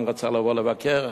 הוא גם רצה לבוא לבקר,